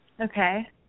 Okay